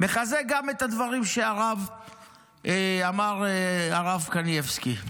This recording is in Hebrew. מחזק גם את הדברים שאמר הרב קניבסקי.